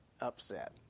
upset